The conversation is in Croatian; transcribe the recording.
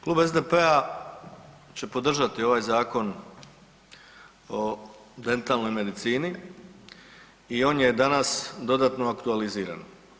Klub SDP-a će podržati ovaj Zakon o dentalnoj medicini i on je danas dodatno aktualiziran.